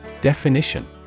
Definition